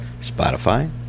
Spotify